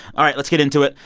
all right let's get into it.